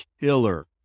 killer